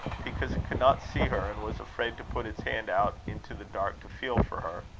because it could not see her, and was afraid to put its hand out into the dark to feel for her.